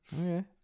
Okay